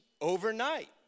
overnight